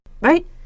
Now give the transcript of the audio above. right